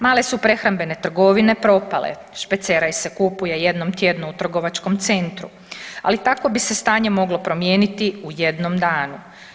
Male su prehrambene trgovine propale, špeceraj se kupuje jednom tjednu u trgovačkom centru, ali takvo bi se stanje moglo promijeniti u jednom danu.